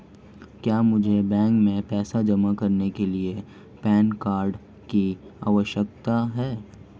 क्या मुझे बैंक में पैसा जमा करने के लिए पैन कार्ड की आवश्यकता है?